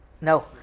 No